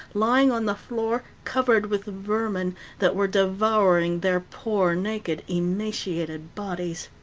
lying on the floor, covered with vermin that were devouring their poor, naked, emaciated bodies.